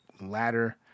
ladder